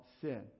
sin